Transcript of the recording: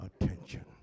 attention